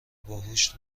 باهوش